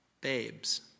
babes